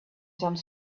some